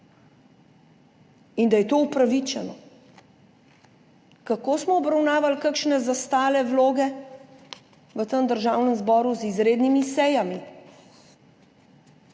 In da je to upravičeno. Kako smo obravnavali kakšne zastale vloge v Državnem zboru? Z izrednimi sejami,